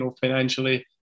financially